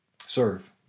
serve